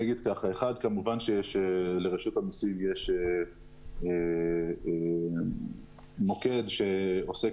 כמובן שיש לרשות המסים מוקד שעובד בפניות ציבור.